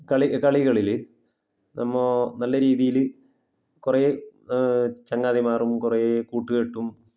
കളികളിൽ നമ്മൾ നല്ല രീതിയിൽ കുറേ ചങ്ങാതിമാരും കുറേ കൂട്ടു കെട്ടും